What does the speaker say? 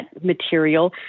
material